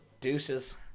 Deuces